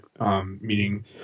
meaning